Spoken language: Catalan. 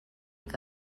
que